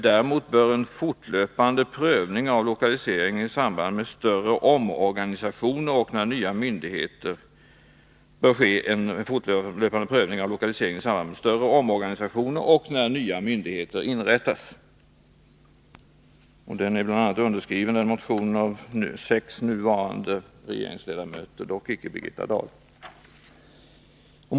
Däremot bör en fortlöpande prövning ske av lokaliseringen i samband med större omorganisationer och när nya myndigheter inrättas.” Denna motion är bl.a. undertecknad av sex nuvarande regeringsledamöter — dock inte av Birgitta Dahl.